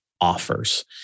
offers